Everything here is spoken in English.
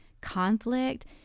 conflict